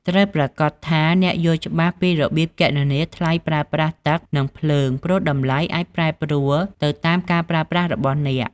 ត្រូវប្រាកដថាអ្នកយល់ច្បាស់ពីរបៀបគណនាថ្លៃប្រើប្រាស់ទឹក និងភ្លើង ព្រោះតម្លៃអាចប្រែប្រួលទៅតាមការប្រើប្រាស់របស់អ្នក។